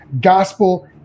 gospel